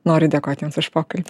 noriu dėkoti jums už pokalbį